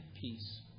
peace